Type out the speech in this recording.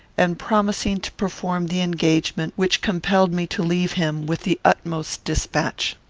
and promising to perform the engagement which compelled me to leave him, with the utmost despatch.